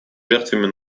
жертвами